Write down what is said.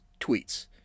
tweets